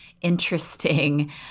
interesting